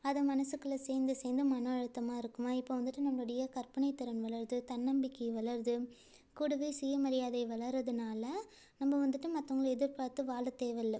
அதை மனசுக்குள்ளே சேர்ந்து சேர்ந்து மனஅழுத்தமாக இருக்குமா இப்போ வந்துட்டு நம்மளுடைய கற்பனைத் திறன் வளருது தன்னம்பிக்கை வளருது கூடவே சுயமரியாதை வளரதனால நம்ம வந்துட்டு மத்தவங்களை எதிர்பார்த்து வாழத் தேவயில்லை